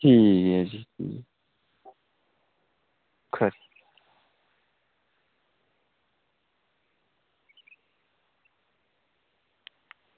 ठीक ऐ जी खरी